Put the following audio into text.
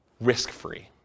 risk-free